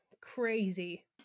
crazy